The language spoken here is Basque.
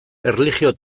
erlijio